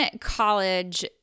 college